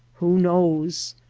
who knows!